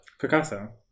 Picasso